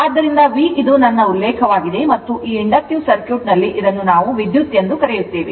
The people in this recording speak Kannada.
ಆದ್ದರಿಂದ V ನನ್ನ ಉಲ್ಲೇಖವಾಗಿದೆ ಮತ್ತು ಈ ಇಂಡಕ್ಟಿವ್ ಸರ್ಕ್ಯೂಟ್ ನಲ್ಲಿ ಇದನ್ನು ನಾವು ವಿದ್ಯುತ್ ಎಂದು ಕರೆಯುತ್ತೇನೆ